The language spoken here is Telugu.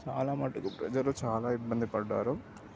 చాలా మట్టుకు ప్రజలు చాలా ఇబ్బంది పడ్డారు